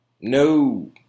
No